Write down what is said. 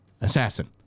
Assassin